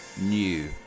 New